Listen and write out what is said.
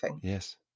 Yes